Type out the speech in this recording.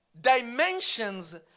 dimensions